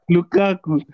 Lukaku